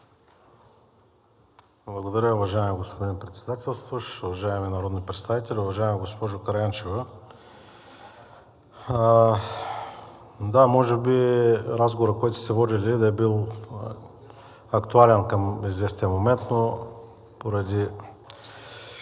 Благодаря, уважаеми господин Председателстващ, уважаеми народни представители, уважаема госпожо Караянчева! Да, може би разговорът, който сте водили, да е бил актуален към известния момент, но поради